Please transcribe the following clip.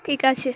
ঠিক আছে